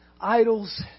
idols